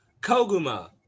Koguma